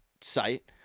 site